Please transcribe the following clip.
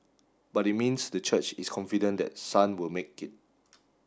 but it means the church is confident that Sun will make it